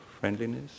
friendliness